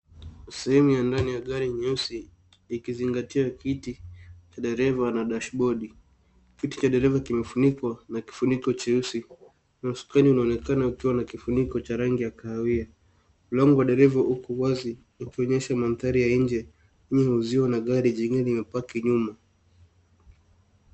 Sehemu ya ndani ya gari nyeusi ikizingatia kiti, dereva na dashbodi. Kiti cha dereva kumefunukwa na kifuniko cheusi na usukani unaonekana ukiwa na kifuniko cha rangi ya kahawia. Mlango wa dereva upo wazi ukionyesha manthari nje, eneo la uzio na gari jingine limepaki nyuma.